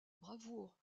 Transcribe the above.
bravoure